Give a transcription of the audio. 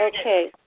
Okay